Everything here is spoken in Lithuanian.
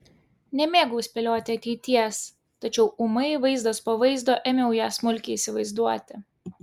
nemėgau spėlioti ateities tačiau ūmai vaizdas po vaizdo ėmiau ją smulkiai įsivaizduoti